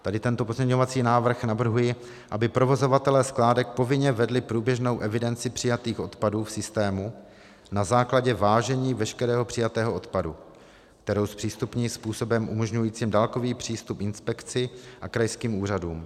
V tomto pozměňovacím návrhu navrhuji, aby provozovatelé skládek povinně vedli průběžnou evidenci přijatých odpadů v systému na základě vážení veškerého přijatého odpadu, kterou zpřístupní způsobem umožňujícím dálkový přístup inspekci a krajským úřadům.